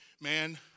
Man